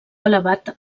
elevat